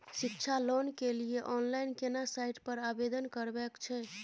शिक्षा लोन के लिए ऑनलाइन केना साइट पर आवेदन करबैक छै?